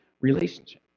relationship